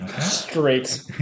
straight